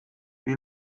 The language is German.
wie